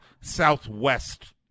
southwest